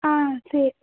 ஆ சரி